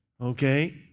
okay